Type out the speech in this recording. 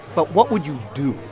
but what would you do.